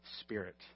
spirit